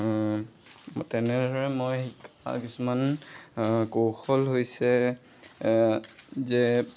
তেনেদৰে মই শিকা কিছুমান কৌশল হৈছে যে